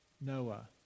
Noah